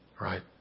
Right